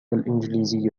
الإنجليزية